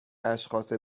اشخاص